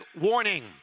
warning